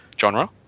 genre